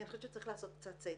כי אנחנו חושבת שצריך לעשות קצת סדר.